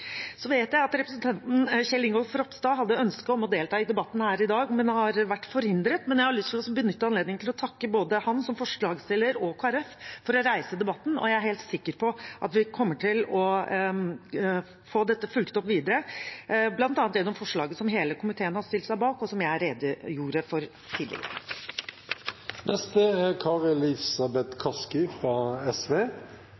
vet at representanten Kjell Ingolf Ropstad hadde ønske om å delta i debatten her i dag, men har vært forhindret. Men jeg har lyst til å benytte anledningen til å takke både ham, som forslagsstiller, og Kristelig Folkeparti for å reise debatten, og jeg er helt sikker på at vi kommer til å få dette fulgt opp videre, bl.a. gjennom forslaget som hele komiteen har stilt seg bak, og som jeg redegjorde for